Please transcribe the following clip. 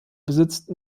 besitzt